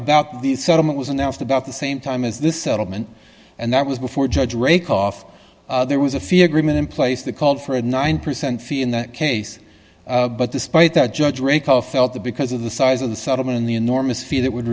about the settlement was announced about the same time as the settlement and that was before judge ray cough there was a fee agreement in place that called for a nine percent fee in that case but despite that judge rico felt that because of the size of the settlement and the enormous fee that would